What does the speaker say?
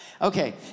Okay